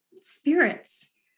spirits